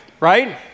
right